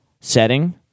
setting